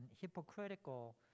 hypocritical